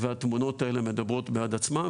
והתמונות האלה מדברות בעד עצמן,